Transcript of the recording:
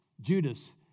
Judas